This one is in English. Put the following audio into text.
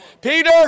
Peter